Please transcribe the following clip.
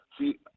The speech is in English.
see